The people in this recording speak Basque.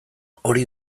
hori